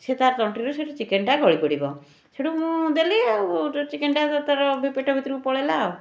ସିଏ ତା' ତଣ୍ଟିରେ ସେ ଚିକେନ୍ଟା ଗଳି ପଡ଼ିବ ସେଇଠୁ ମୁଁ ଦେଲି ଆଉ ଯେଉଁ ଚିକେନ୍ ତା' ତା'ର ପେଟ ଭିତରକୁ ପଳେଇଲା